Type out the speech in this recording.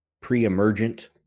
pre-emergent